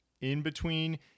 in-between